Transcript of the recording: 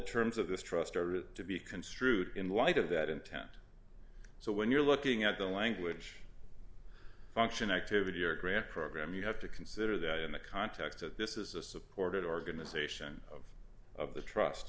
terms of this trust are to be construed in light of that intent so when you're looking at the language function activity or grant program you have to consider that in the context that this is a supported organization of of the trust